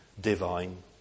divine